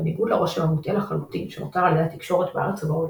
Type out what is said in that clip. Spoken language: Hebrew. בניגוד לרושם המוטעה לחלוטין שנוצר על ידי התקשורת בארץ ובעולם,